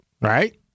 right